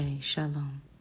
shalom